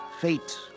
fate